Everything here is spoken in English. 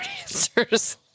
answers